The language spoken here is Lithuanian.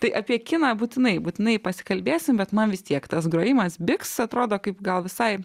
tai apie kiną būtinai būtinai pasikalbėsim bet man vis tiek tas grojimas biks atrodo kaip gal visai